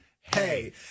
hey